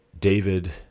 David